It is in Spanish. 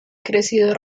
crecido